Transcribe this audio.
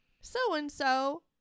so-and-so